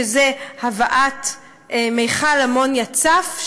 שזה הבאת מכל אמוניה צף,